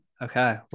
Okay